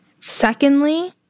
Secondly